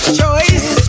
choice